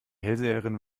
hellseherin